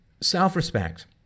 self-respect